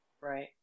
Right